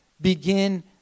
begin